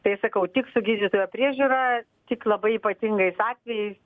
tai sakau tik su gydytojo priežiūra tik labai ypatingais atvejais